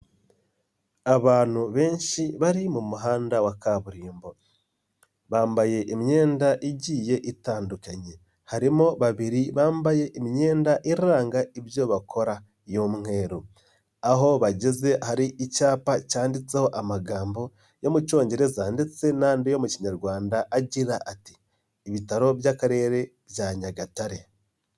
Abantu benshi bari mu muhanda wa kaburimbo bambaye imyenda igiye itandukanye, harimo babiri bambaye imyenda iranga ibyo bakora y'umweru, aho bageze hari icyapa cyanditseho amagambo yo mu cyongereza ndetse n'andi yo mu kinyarwanda agira ati "ibitaro by'Akarere bya Nyagatare.